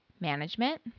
Management